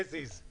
As is.